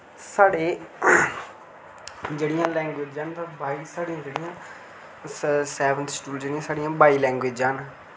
साढ़े जेह्ड़ियां लैंग्वेजां न ते बाई साढ़ियां जेह्ड़ियां स सैवन स्केडुल जेह्ड़ियां साढ़ियां बाई लैंग्वेजां न